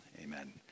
Amen